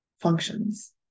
functions